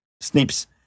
SNIPS